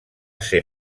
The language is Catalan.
ser